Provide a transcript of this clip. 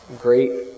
great